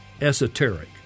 esoteric